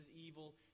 evil